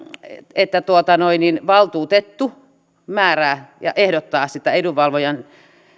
että valtuutettu määrää ja ehdottaa sitä edunvalvojan